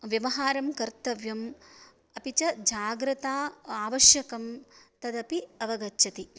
व्यवहारं कर्तव्यम् अपि च जाग्रता आवश्यकं तदपि अवगच्छति